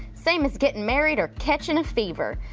same as gettin' married or catchin' a fever.